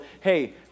hey